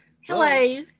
Hello